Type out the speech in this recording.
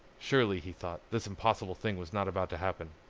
surely, he thought, this impossible thing was not about to happen.